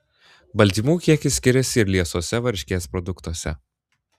baltymų kiekis skiriasi ir liesuose varškės produktuose